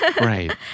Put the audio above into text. Right